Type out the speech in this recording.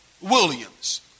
Williams